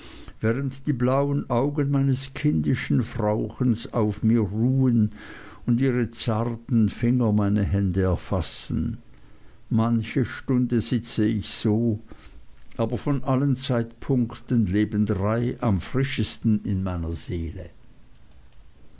während die blauen augen meines kindischen frauchens auf mir ruhen und ihre zarten finger meine hände erfassen manche stunde sitze ich so aber von allen zeitpunkten leben drei am frischesten in meiner seele